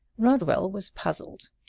rodwell was puzzled.